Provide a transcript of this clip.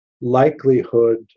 likelihood